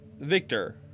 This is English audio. Victor